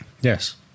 Yes